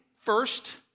first